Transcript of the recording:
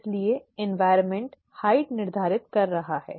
इसलिए पर्यावरण ऊंचाई निर्धारित कर रहा है